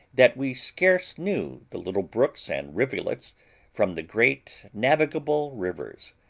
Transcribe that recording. that we scarce knew the little brooks and rivulets from the great navigable rivers.